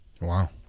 wow